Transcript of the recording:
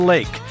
Lake